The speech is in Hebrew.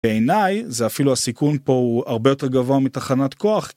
בעיניי זה אפילו הסיכון פה הוא הרבה יותר גבוה מתחנת כוח